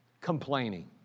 complaining